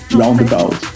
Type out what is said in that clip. roundabout